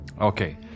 Okay